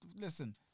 Listen